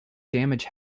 damage